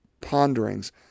ponderings